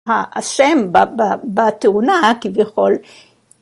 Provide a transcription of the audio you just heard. האשם בתאונה כביכול.